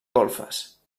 golfes